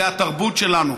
זו התרבות שלנו.